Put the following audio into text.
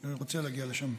אני רוצה להגיע לשם.